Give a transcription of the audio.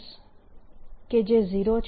B કે જે 0 છે